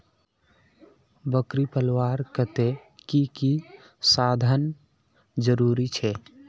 बकरी पलवार केते की की साधन जरूरी छे?